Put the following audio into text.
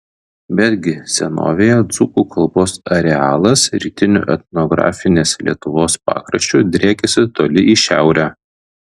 betgi senovėje dzūkų kalbos arealas rytiniu etnografinės lietuvos pakraščiu driekėsi toli į šiaurę